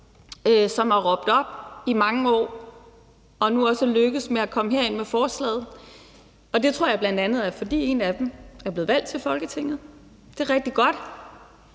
som har råbt op i mange år og nu også er lykkedes med at komme herind med forslaget. Det tror jeg bl.a. er, fordi en af dem er blevet valgt til Folketinget. Det er rigtig godt,